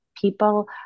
people